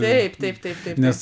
taip taip taip taip taip